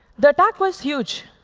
the attack was huge,